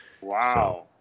Wow